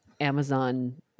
Amazon